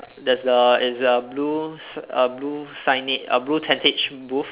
there's a is a blue a blue sig~ a blue signage blue tentage booth